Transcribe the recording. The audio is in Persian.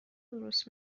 درست